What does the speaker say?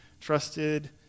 trusted